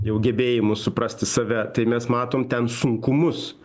jau gebėjimus suprasti save tai mes matom ten sunkumus